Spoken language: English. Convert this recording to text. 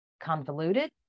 convoluted